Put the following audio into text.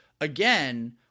again